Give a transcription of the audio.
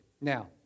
Now